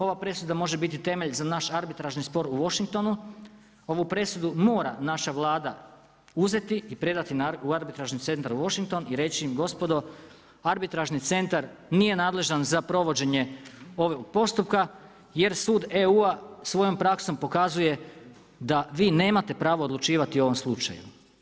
Ova presuda može biti temelj za naš arbitražni spor u Washingtonu, ovu presudu mora naša Vlada uzeti i predati u Arbitražni centar Washington i reći im gospodo arbitražni centar nije nadležan za provođenje ovog postupka jer sud EU-a svojom praksom pokazuje da vi nemate pravo odlučivati o ovom slučaju.